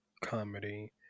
comedy